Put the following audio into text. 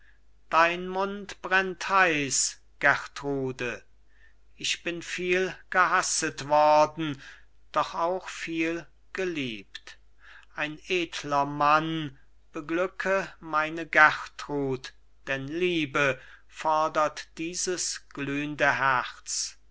dein mund brennt heiß gertrude ich bin viel gehasset worden doch auch viel geliebt ein edler mann beglücke meine gertrud denn liebe fordert dieses glühnde herz